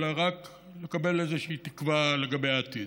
אלא רק לקבל איזושהי תקווה לגבי העתיד.